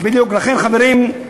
לכן, חברים,